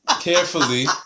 carefully